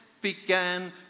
began